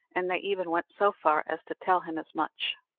and they even went so far as to tell him as much.